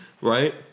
right